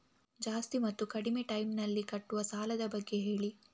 ಜಾಸ್ತಿ ಮತ್ತು ಕಡಿಮೆ ಟೈಮ್ ನಲ್ಲಿ ಕಟ್ಟುವ ಸಾಲದ ಬಗ್ಗೆ ಹೇಳಿ